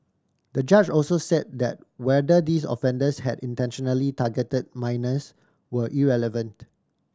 the judge also said that whether these offenders had intentionally targeted minors were irrelevant